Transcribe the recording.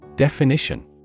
Definition